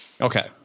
Okay